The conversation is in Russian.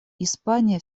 испания